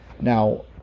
Now